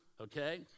Okay